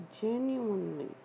genuinely